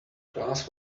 class